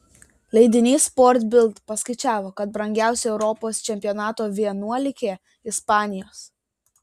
leidinys sport bild paskaičiavo kad brangiausia europos čempionato vienuolikė ispanijos